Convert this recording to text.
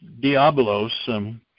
diabolos